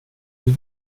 vill